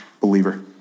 believer